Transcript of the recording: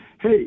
hey